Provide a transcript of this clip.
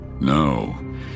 No